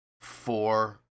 four